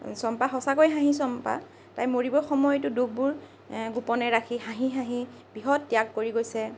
চম্পা সঁচাকৈ হাঁহি চম্পা তাই মৰিবৰ সময়তো দুখবোৰ গোপনে ৰাখি হাঁহি হাঁহি বৃহৎ ত্যাগ কৰি গৈছে